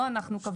לא אנחנו קבענו.